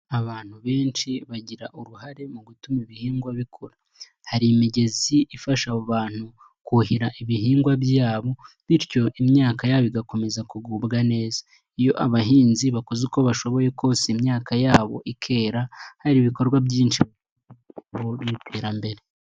Abantu benshi bagira uruhare mu gutuma ibihingwa bikura. Hari imigezi ifasha abo bantu, kuhira ibihingwa byabo, bityo imyaka yabo igakomeza kugubwa neza. Iyo abahinzi bakoze uko bashoboye kose imyaka yabo ikera, hari ibikorwa byinshi bageraho by'iterambere.